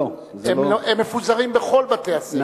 הם מפוזרים בכל בתי-הספר.